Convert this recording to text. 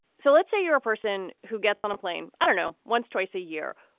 so let's say you're a person who gets on a plane i don't know. once twice a year